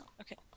Okay